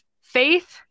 Faith